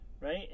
right